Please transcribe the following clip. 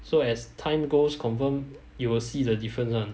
so as time goes confirm you will see the difference [one]